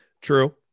true